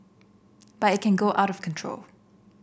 but it can go out of control